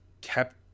kept